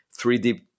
3D